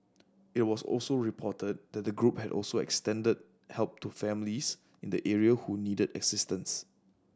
it was also reported that the group has also extended help to families in the area who needed assistance